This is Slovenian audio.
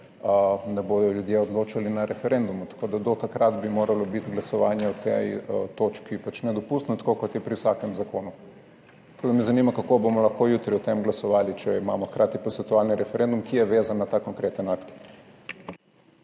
ne bodo ljudje odločali na referendumu. Tako da do takrat bi moralo biti glasovanje o tej točki pač nedopustno, tako kot je pri vsakem zakonu. Tako da me zanima, kako bomo lahko jutri o tem glasovali, če imamo hkrati posvetovalni referendum, ki je vezan na ta konkretni akt.